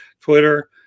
Twitter